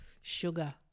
sugar